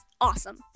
awesome